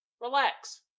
Relax